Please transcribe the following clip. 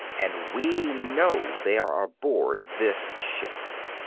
and we know they are aboard this ship.